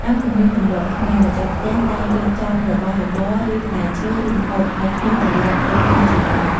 តាមទំនៀមទម្លាប់ខ្មែរម្ចាស់ផ្ទះតែងរៀបចំរបស់របរ ឬផ្លែឈើ ឬម្ហូប អោយភ្ញៀវត្រឡប់ទៅផ្ទះជានិច្ច។